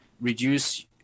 reduce